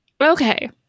Okay